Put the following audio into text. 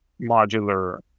modular